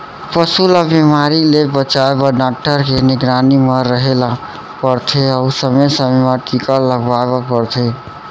पसू ल बेमारी ले बचाए बर डॉक्टर के निगरानी म रहें ल परथे अउ समे समे म टीका लगवाए बर परथे